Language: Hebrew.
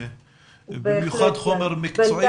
במיוחד חומר מקצועי ובטיחותי.